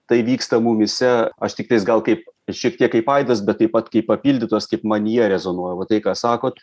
tai vyksta mumyse aš tiktais gal kaip šiek tiek kaip aidas bet taip pat kaip papildytos kaip manyje rezonuoja va tai ką sakot